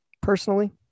personally